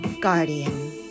guardian